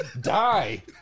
Die